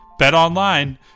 Betonline